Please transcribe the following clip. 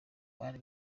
bari